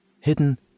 hidden